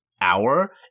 hour